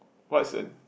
what's a